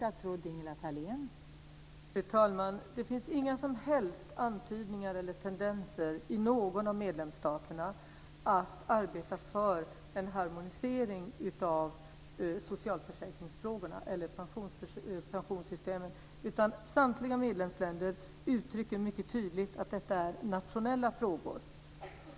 Fru talman! Det finns inga som helst antydningar eller tendenser i någon av medlemsstaterna att arbeta för en harmonisering av socialförsäkringsfrågorna eller pensionssystemen, utan samtliga medlemsländer uttrycker mycket tydligt att detta är nationella frågor.